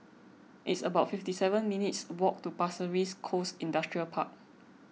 it's about fifty seven minutes' walk to Pasir Ris Coast Industrial Park